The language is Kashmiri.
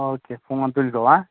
او کے فون تُلۍزیٚو